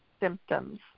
symptoms